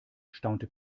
staunte